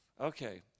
Okay